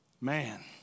Man